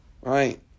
Right